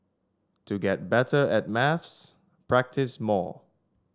to get better at maths practise more